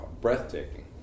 breathtaking